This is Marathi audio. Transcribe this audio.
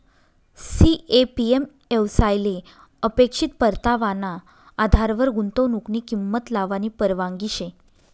सी.ए.पी.एम येवसायले अपेक्षित परतावाना आधारवर गुंतवनुकनी किंमत लावानी परवानगी शे